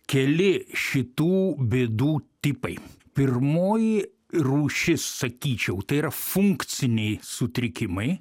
keli šitų bėdų tipai pirmoji rūšis sakyčiau tai yra funkciniai sutrikimai